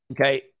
okay